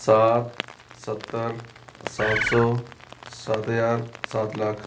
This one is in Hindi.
सात सत्तर सात सौ सात हज़ार सात लाख